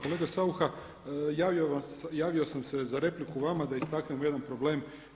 Kolega Saucha javio sam se za repliku vama da istaknemo jedan problem.